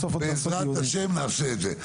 בעזרת ה' נעשה את זה.